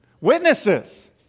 Witnesses